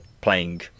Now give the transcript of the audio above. playing